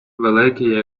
великий